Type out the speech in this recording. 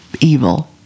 evil